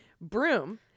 Broom